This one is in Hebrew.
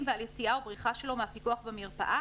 ועל יציאה או בריחה שלו מהפיקוח במרפאה,